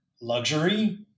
luxury